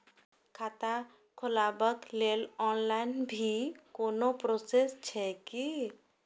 खाता खोलाबक लेल ऑनलाईन भी कोनो प्रोसेस छै की?